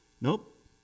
Nope